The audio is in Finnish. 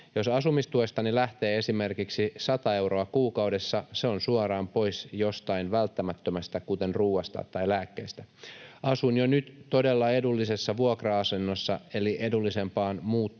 Jos asumistuestani lähtee esimerkiksi sata euroa kuukaudessa, se on suoraan pois jostain välttämättömästä, kuten ruuasta tai lääkkeistä. Asun jo nyt todella edullisessa vuokra-asunnossa, eli edullisempaan muutto ei